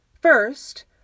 First